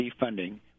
defunding